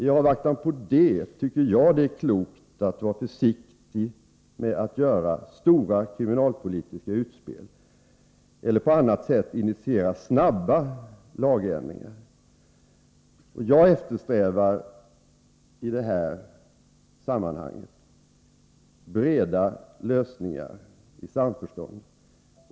I avvaktan på det tycker jag att det är klokt att vara försiktig med att göra stora kriminalpolitiska utspel eller att på annat sätt initiera snabba lagändringar. Jag eftersträvar i detta sammanhang breda lösningar i samförstånd.